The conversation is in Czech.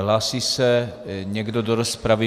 Hlásí se někdo do rozpravy?